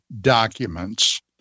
documents